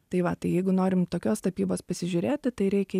tai va tai jeigu norim tokios tapybos pasižiūrėti tai reikia